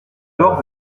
dehors